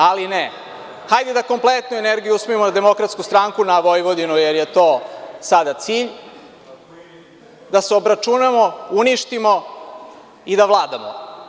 Ali, ne, hajde da kompletnu energiju usmerimo na DS, na Vojvodinu, jer je to sada cilj, da se obračunamo, uništimo i da vladamo.